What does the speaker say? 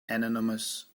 anonymous